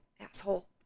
Asshole